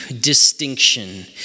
distinction